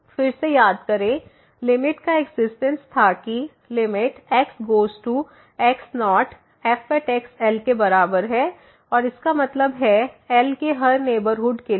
फिर से याद करें लिमिट का एक्जिस्टेंस था कि limit x goes to x naught fL के बराबर है और इसका मतलब है L के हर नेबरहुड के लिए